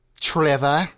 Trevor